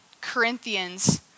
Corinthians